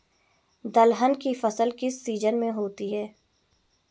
दलहन की फसल किस सीजन में होती है?